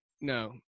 no